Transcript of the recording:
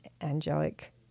angelic